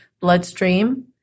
bloodstream